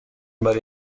برای